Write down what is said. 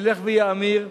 ילך ויאמיר,